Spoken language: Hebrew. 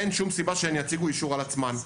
אין שום סיבה שהן יציגו אישור על עצמן.